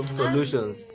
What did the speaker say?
solutions